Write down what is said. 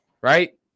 right